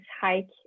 hike